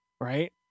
Right